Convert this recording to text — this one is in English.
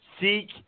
seek